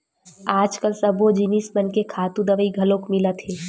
आजकाल सब्बो जिनिस मन के खातू दवई घलोक मिलत हे